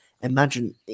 imagine